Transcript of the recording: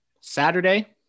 Saturday